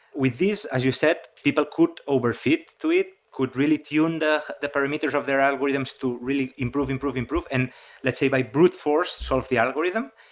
with these, as you said, people could over-fit to it, could really tune the the parameters of their algorithms to really improve, improve, improve, and let's say by brute force solve the algorithm.